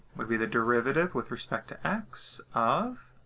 would be the derivative with respect to x of